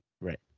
Right